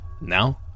Now